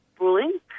ruling